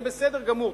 זה בסדר גמור,